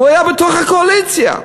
הוא היה בתוך הקואליציה,